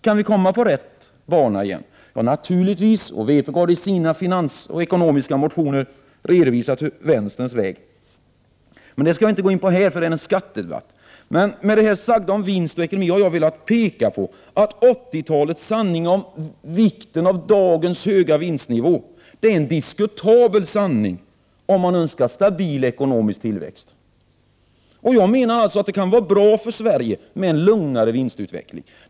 Det kan den naturligtvis göra. Vpk har i sina ekonomisk-politiska motioner redovisat vänsterns väg. Det skall jag dock inte gå in på här, eftersom det är en skattedebatt. Med det sagda om vinst och ekonomi har jag dock velat peka på att 80-talets sanning om vikten av dagens höga vinstnivå är en diskutabel sanning, om man önskar stabil ekonomisk tillväxt. Jag menar således att det kan vara bra för Sverige med en lugnare vinstutveckling.